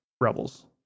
Rebels